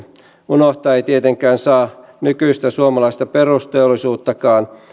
unohtaa ei tietenkään saa nykyistä suomalaista perusteollisuuttakaan